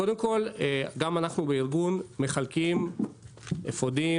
קודם כל גם אנחנו בארגון מחלקים אפודים